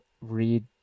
read